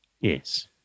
Yes